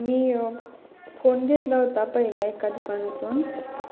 मी phone घेतला होता पहिला एका दुकानातून